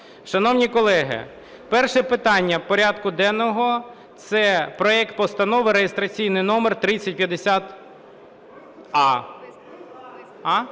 Шановні колеги, перше питання порядку денного – це проект Постанови реєстраційний номер 3050а.